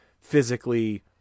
physically